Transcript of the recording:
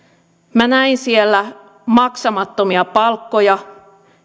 minä näin siellä maksamattomia palkkoja